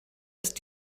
ist